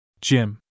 Jim